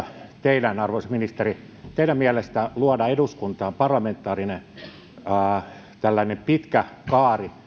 teidän arvoisa ministeri mielestänne luoda eduskuntaan parlamentaarinen pitkä kaari